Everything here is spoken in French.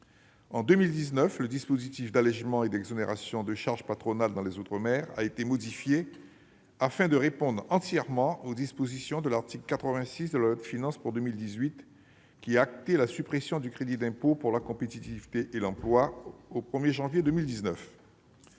En 2019, le dispositif d'allégements et d'exonérations de charges patronales dans les outre-mer a été modifié afin de répondre entièrement aux dispositions de l'article 86 de la loi de finances pour 2018, qui a acté la suppression du crédit d'impôt pour la compétitivité et l'emploi (CICE) au 1 janvier 2019.